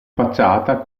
facciata